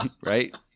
Right